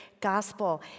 gospel